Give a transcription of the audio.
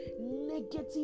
negative